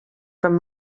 from